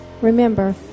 Remember